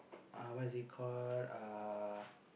uh what is it called uh